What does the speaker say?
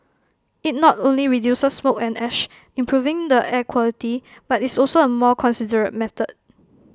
IT not only reduces smoke and ash improving the air quality but is also A more considerate method